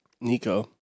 Nico